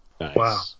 Wow